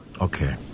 Okay